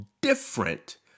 different